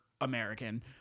American